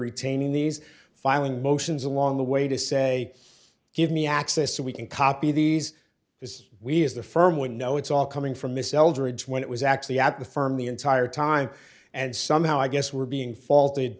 retaining these filing motions along the way to say give me access so we can copy these because we as the firm we know it's all coming from miss eldridge when it was actually at the firm the entire time and somehow i guess we're being faulted